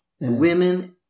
Women